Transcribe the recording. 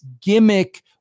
gimmick